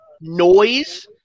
noise